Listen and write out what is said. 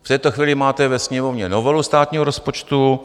V této chvíli máte ve Sněmovně novelu státního rozpočtu.